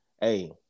Hey